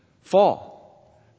fall